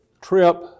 trip